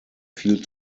viel